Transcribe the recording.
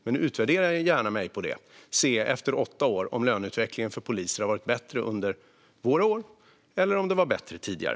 Men utvärdera mig gärna när det gäller detta och se efter åtta år om löneutvecklingen har varit bättre under våra år eller om det var bättre tidigare!